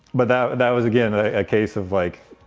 but that that was, again, a case of like,